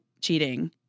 cheating